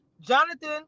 Jonathan